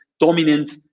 dominant